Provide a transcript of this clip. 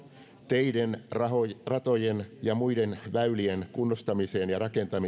teiden ratojen ja muiden väylien kunnostamiseen ja rakentamiseen tulee lisää rahaa